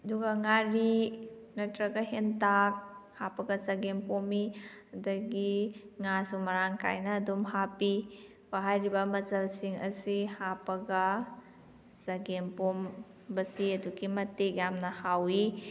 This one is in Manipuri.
ꯑꯗꯨꯒ ꯉꯥꯔꯤ ꯅꯠꯇ꯭ꯔꯒ ꯍꯦꯟꯇꯥꯛ ꯍꯥꯞꯄꯒ ꯆꯒꯦꯝ ꯄꯣꯝꯃꯤ ꯑꯗꯨꯗꯒꯤ ꯉꯥꯁꯨ ꯃꯔꯥꯡ ꯀꯥꯏꯅ ꯑꯗꯨꯝ ꯍꯥꯞꯄꯤ ꯍꯥꯏꯔꯤꯕ ꯃꯆꯜꯁꯤꯡ ꯑꯁꯤ ꯍꯥꯞꯄꯒ ꯆꯒꯦꯝꯄꯣꯝꯕꯁꯤ ꯑꯗꯨꯒꯤꯃꯇꯤꯛ ꯌꯥꯝꯅ ꯍꯥꯎꯏ